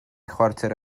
chwarter